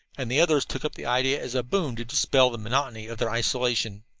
and the others took up the idea as a boon to dispel the monotony of their isolation.